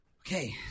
Okay